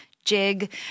jig